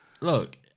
Look